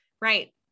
Right